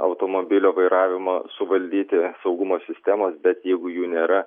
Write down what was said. automobilio vairavimo suvaldyti saugumo sistemos bet jeigu jų nėra